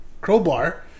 crowbar